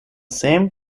same